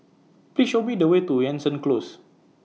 Please Show Me The Way to Jansen Close